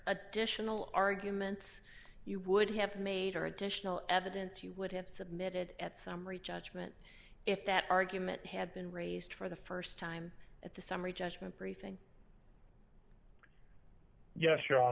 additional arguments you would have made or additional evidence you wouldn't submitted at summary judgment if that argument had been raised for the st time that the summary judgment briefing yes your hon